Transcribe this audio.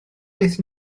beth